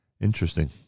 Interesting